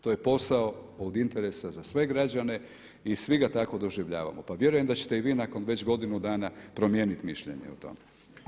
To je posao od interesa za sve građane i svi ga tako doživljavamo, pa vjerujem da ćete i vi nakon već godinu dana promijeniti mišljenje o tome.